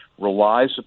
relies